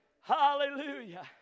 Hallelujah